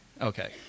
okay